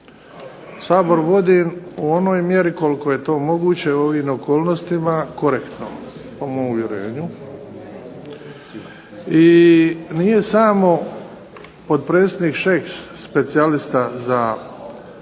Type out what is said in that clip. Sabor vodim u onoj mjeri koliko je to moguće u ovim okolnostima korektno, po mom uvjerenju. I nije samo potpredsjednik Šeks specijalista za